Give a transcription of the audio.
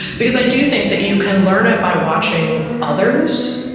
because i do think that you can learn it by watching others.